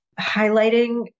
highlighting